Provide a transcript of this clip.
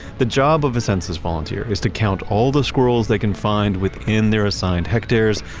the job of a census volunteer is to count all the squirrels they can find within their assigned hectares,